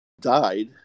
died